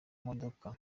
modoka